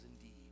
indeed